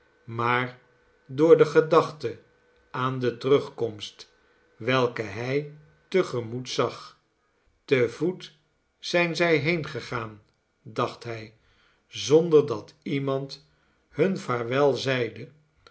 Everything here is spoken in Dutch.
maar door de gedachte aan de terugkomst welke hij te gemoet zag te voet zijn zij heengegaan dacht hij zonder dat iemand hun vaarwel zeide